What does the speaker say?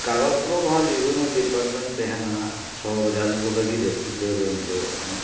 ᱠᱟᱜᱚᱡ ᱠᱚᱞᱚᱢ ᱨᱮᱦᱚᱸ ᱡᱮᱠᱳᱱᱚ ᱰᱤᱯᱟᱨᱢᱮᱱᱴ ᱛᱟᱦᱮᱸᱱᱟ ᱥᱚᱦᱚᱨ ᱵᱟᱡᱟᱨ ᱠᱚᱨᱮ ᱜᱮ ᱡᱟᱹᱥᱛᱤ ᱫᱚ ᱧᱮᱞᱚᱜᱚ ᱠᱟᱱᱟ